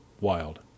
wild